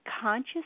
conscious